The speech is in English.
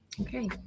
Okay